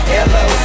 Hello